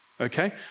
Okay